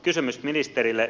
kysymys ministerille